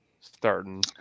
Starting